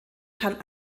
kann